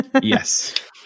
Yes